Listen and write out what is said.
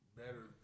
better